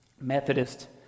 Methodist